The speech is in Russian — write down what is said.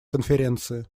конференции